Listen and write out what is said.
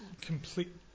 complete